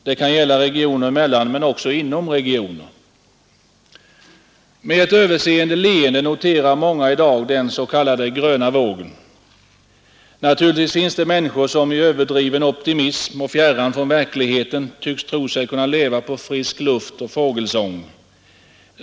Det kan gälla regioner emellan men också inom regioner. Med ett överseende leende noterar många i dag den s.k. gröna vågen. Naturligtvis finns det människor som i överdriven optimism och fjärran från verkligheten tror sig kunna leva på frisk luft och fågelsång.